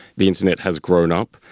the internet has grown up,